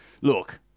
look